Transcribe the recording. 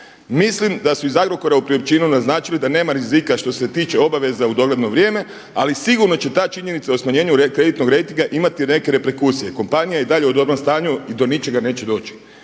Mislim da su iz Agrokora u priopćenju naznačili da nema rizika što se tiče obaveza u dogledno vrijeme, ali sigurno će ta činjenica o smanjenju kreditnog rejtinga imati neke reperkusije. Kompanija je i dalje u dobrom stanju i do ničega neće doći“.